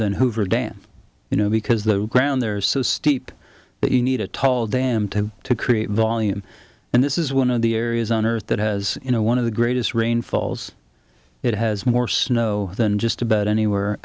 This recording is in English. than hoover dam you know because the ground there is so steep that you need a tall dam to create volume and this this is one of the areas on earth that has you know one of the greatest rain falls it has more snow than just about anywhere